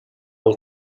book